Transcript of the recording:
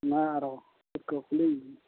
ᱚᱱᱟ ᱟᱨᱚ ᱪᱮᱫ ᱠᱩᱞᱤᱧᱢᱮ